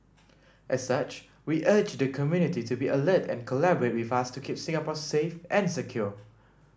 as such we urge the community to be alert and collaborate with us to keep Singapore safe and secure